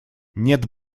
нет